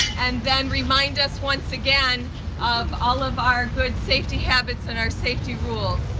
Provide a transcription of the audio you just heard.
and then remind us once again of all of our good safety habits and our safety rules.